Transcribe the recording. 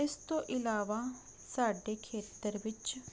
ਇਸ ਤੋਂ ਇਲਾਵਾ ਸਾਡੇ ਖੇਤਰ ਵਿੱਚ